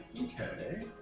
Okay